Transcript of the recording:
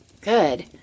Good